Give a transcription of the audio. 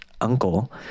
uncle